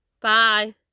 Bye